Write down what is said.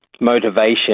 motivation